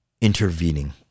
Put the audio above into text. intervening